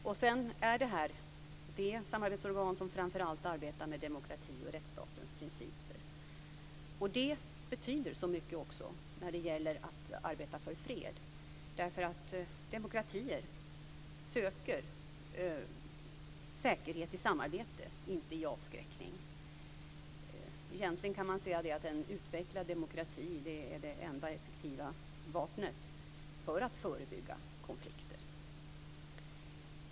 Dessutom är detta det samarbetsorgan som framför allt arbetar med demokrati och med rättsstatens principer. Det betyder så mycket också när det gäller att arbeta för fred, därför att demokratier söker säkerhet i samarbete, inte i avskräckning. Egentligen kan man säga att en utvecklad demokrati är det enda effektiva vapnet för att förebygga konflikter.